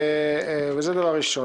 זה דבר ראשון.